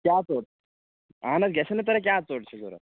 کیٛاہ ژوٚٹ اَہَن حظ گژھن نہٕ کیٛاہ ژوٚٹ چھِ ضوٚرَتھ